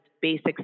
Basic